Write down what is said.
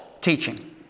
teaching